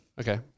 Okay